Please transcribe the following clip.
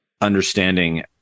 understanding